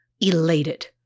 elated